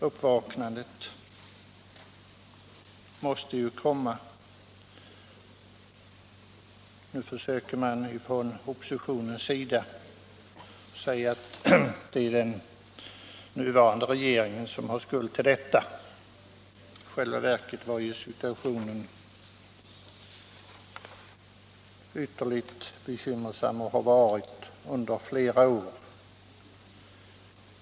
Uppvaknandet måste komma. Nu försöker man från oppositionens sida säga att det är den nuvarande regeringen som bär skulden. I själva verket har ju situationen varit ytterligt bekymmersam under flera år.